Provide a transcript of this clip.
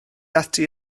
ati